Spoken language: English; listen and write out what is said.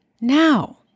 now